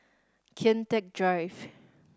Kian Teck Drive